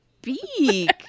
speak